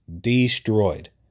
destroyed